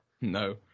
No